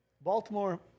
Baltimore